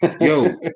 Yo